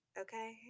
Okay